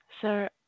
Sir